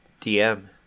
dm